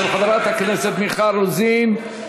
של חברת הכנסת מיכל רוזין,